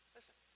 Listen